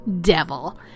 Devil